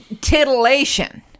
titillation